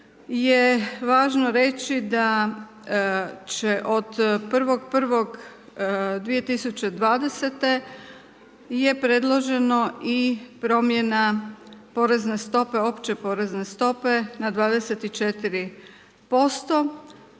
je važno reći, da će od 1.1.2020. je predloženo je i promjena porezne stope,